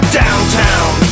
downtown